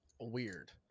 weird